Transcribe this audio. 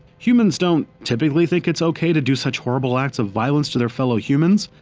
humans don't typically think its ok to do such horrible acts of violence to their fellow humans,